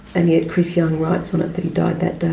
and yet chris young writes on it that he died that day?